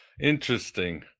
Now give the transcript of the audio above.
Interesting